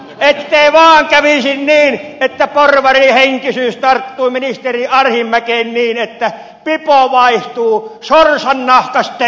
ettei vaan olisi käynyt niin että porvarihenkisyys tarttui ministeri arhinmäkeen niin että pipo vaihtuu sorsannahkastetsoniin